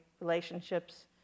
relationships